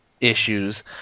issues